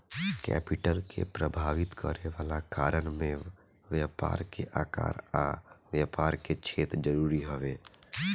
capital के प्रभावित करे वाला कारण में व्यापार के आकार आ व्यापार के क्षेत्र जरूरी हवे